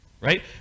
Right